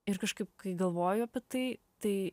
ir kažkaip kai galvoju apie tai tai